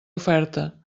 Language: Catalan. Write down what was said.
oferta